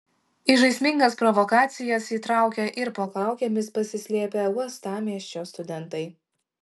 į žaismingas provokacijas įtraukė ir po kaukėmis pasislėpę uostamiesčio studentai